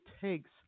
takes